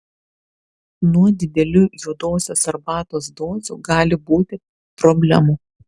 nuo didelių juodosios arbatos dozių gali būti problemų